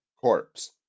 corpse